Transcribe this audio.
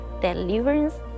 deliverance